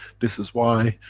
this is why,